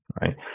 right